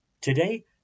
Today